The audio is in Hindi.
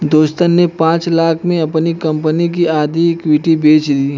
दोस्त ने पांच लाख़ में अपनी कंपनी की आधी इक्विटी बेंच दी